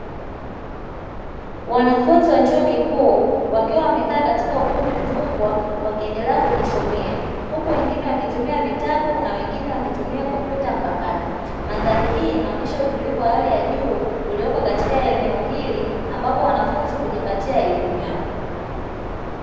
Wanafunzi wa chuo kikuu wakiwa wamekaa katika ukumbi mkubwa wakiendelea kujisomea huku wengine wakitumia vitabu na wengine wakitumia kompyuta mpakato, mandhari hii inaonesha utulivu wa hali ya juu ulioko katika eneo hili ambapo wanafunzi hujipatia elimu yao.